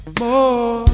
more